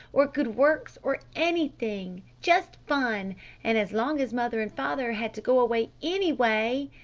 or good works! or anything! just fun and as long as mother and father had to go away anyway